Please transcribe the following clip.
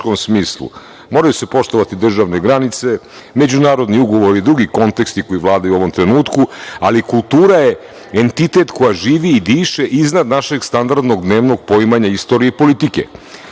smislu. Moraju se poštovati državne granice, međunarodni ugovori i drugi konteksti koji vladaju u ovom trenutku, ali kultura je entitet koja živi i diše iznad našeg standardnog dnevnog poimanja istorije i politike.